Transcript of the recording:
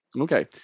Okay